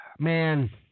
Man